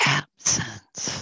absence